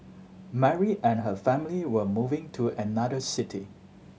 Mary and her family were moving to another city